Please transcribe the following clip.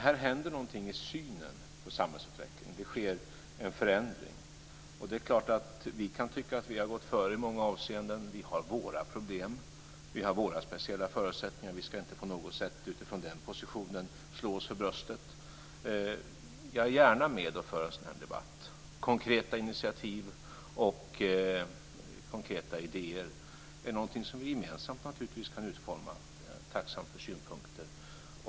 Här händer alltså något i synen på samhällsutvecklingen. Det sker en förändring. Och det är klart att vi kan tycka att vi har gått före i många avseenden. Vi har våra problem. Vi har våra speciella förutsättningar. Vi ska inte på något sätt utifrån den positionen slå oss för bröstet. Jag är gärna med och för en sådan debatt. Konkreta initiativ och konkreta idéer är någonting som vi gemensamt naturligtvis kan utforma. Jag är tacksam för synpunkter.